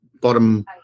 bottom